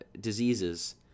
diseases